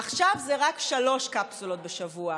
עכשיו זה רק שלוש קפסולות בשבוע.